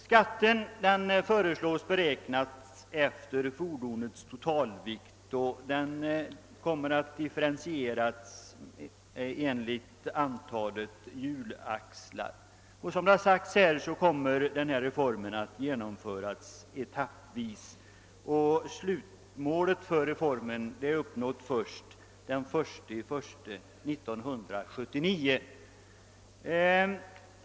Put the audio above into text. Skatten föreslås bli beräknad efter fordonens totalvikt, och den kommer att differentieras efter antalet hjulaxlar. Reformen kommer, som redan har framhållits, att genomföras etappvis; slutmålet uppnås först den 1 januari 1979.